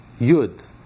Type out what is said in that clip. Yud